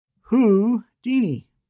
Houdini